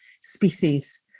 species